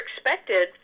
expected